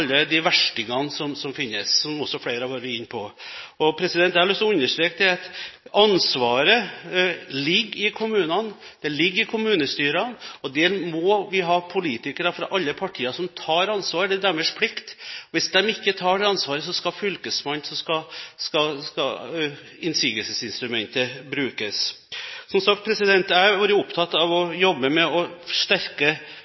verstingene – som finnes, som også flere har vært inne på. Jeg har lyst til å understreke at ansvaret ligger i kommunene. Det ligger i kommunestyrene. Der må vi ha politikere fra alle partier som tar ansvar. Det er deres plikt. Hvis de ikke tar det ansvaret, skal innsigelsesinstrumentet brukes. Som sagt: Jeg har vært opptatt av